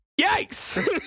Yikes